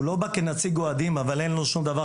הוא לא בא כנציג אוהדים אבל אין לו שום דבר